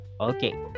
Okay